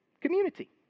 community